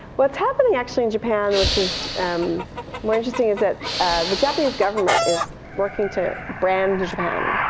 what's happening actually in japan, which is more interesting is that the japanese government is working to brand japan.